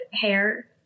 hair